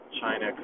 China